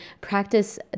practice